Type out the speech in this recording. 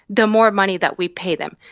the more money that we pay them.